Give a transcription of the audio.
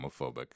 homophobic